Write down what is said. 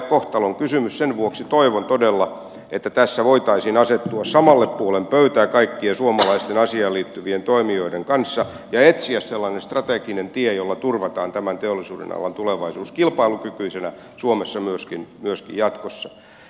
sen vuoksi toivon todella että tässä voitaisiin asettua samalle puolen pöytää kaikkien suomalaisten asiaan liittyvien toimijoiden kanssa ja etsiä sellainen strateginen tie jolla turvataan tämän teollisuudenalan tulevaisuus kilpailukykyisenä suomessa myöskin jatkossa